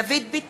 נגד דוד ביטן,